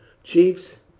chiefs,